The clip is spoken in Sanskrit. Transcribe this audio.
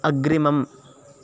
अग्रिमम्